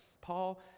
Paul